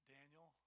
Daniel